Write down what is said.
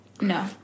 no